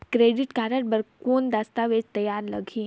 Credit card बर कौन दस्तावेज तैयार लगही?